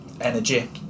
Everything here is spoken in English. energy